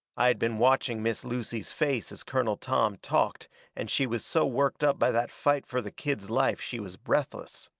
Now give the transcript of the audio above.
i had been watching miss lucy's face as colonel tom talked and she was so worked up by that fight fur the kid's life she was breathless.